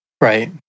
Right